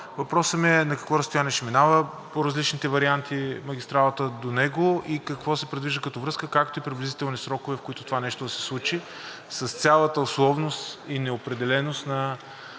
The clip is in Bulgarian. Въпросът ми е на какво разстояние ще минава по различните варианти магистралата до него и какво се предвижда като връзка, както и приблизителните срокове, в които това нещо да се случи, с цялата условност и неопределеност на